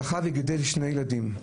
זכה וגידל שני ילדים,